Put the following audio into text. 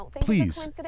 please